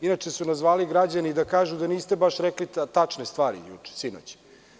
Inače su nas zvali građani da kažu da niste baš rekli tačne stvari sinoć.